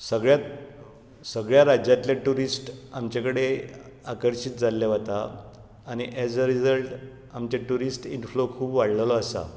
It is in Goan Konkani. सगळ्यां सगळ्यां राज्यांतले टूरिस्ट आमचे कडेन आकर्शीत जाल्ले वता आनी एज अ रिजल्ट आमचे टूरिस्ट इनफ्लो खूब वाडिल्लो आसा